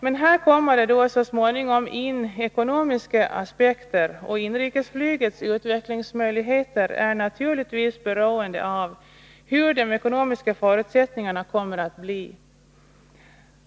Men här kommer det så småningom in ekonomiska aspekter, och inrikesflygets utvecklingsmöjligheter är naturligtvis beroende av hur de ekonomiska förutsättningarna kommer att bli.